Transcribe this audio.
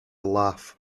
laugh